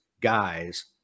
guys